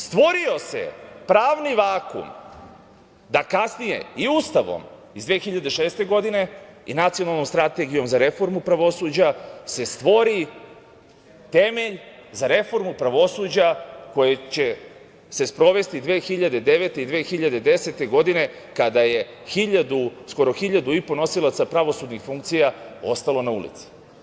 Stvorio se pravni vakuum da kasnije i Ustavom iz 2006. godine i Nacionalnom strategijom za reformu pravosuđa se stvori temelj za reformu pravosuđa koje će se sprovesti 2009. i 2010. godine kada je skoro 1.500 nosilaca pravosudnih funkcija ostalo na ulici.